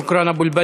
תודה.